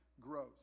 grows